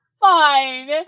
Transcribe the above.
fine